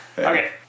Okay